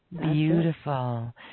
Beautiful